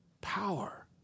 Power